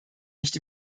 nicht